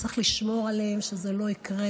צריך לשמור עליהם שזה לא יקרה.